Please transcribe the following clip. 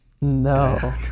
no